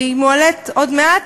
והיא מועלית עוד מעט,